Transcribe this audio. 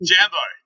Jambo